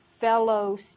fellow